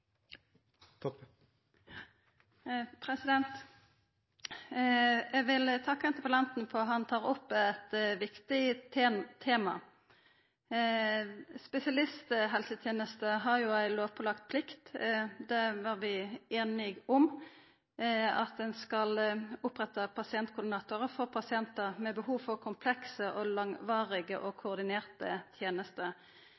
Eg vil takka interpellanten, for han tar opp eit viktig tema. Spesialisthelsetenesta har ei lovpålagd plikt – det var vi einige om: Ein skal oppretta pasientkoordinatorar for pasientar med behov for komplekse, langvarige og